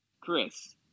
Chris